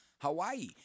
Hawaii